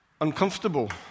uncomfortable